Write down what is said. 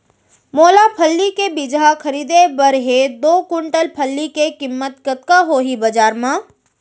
मोला फल्ली के बीजहा खरीदे बर हे दो कुंटल मूंगफली के किम्मत कतका होही बजार म?